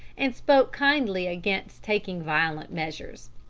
and spoke kindly against taking violent measures.